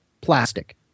plastic